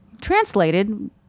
translated